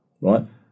Right